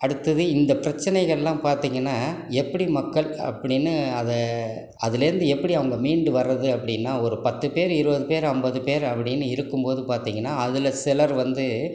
அடுத்தது இந்த பிரச்சனைகள்லாம் பார்த்தீங்கன்னா எப்படி மக்கள் அப்படின்னு அதை அதுலேருந்து எப்படி அவங்க மீண்டு வர்றது அப்படின்னா ஒரு பத்து பேர் இருபது பேர் ஐம்பது பேர் அப்படின்னு இருக்கும்போது பார்த்திங்கன்னா அதில் சிலர் வந்து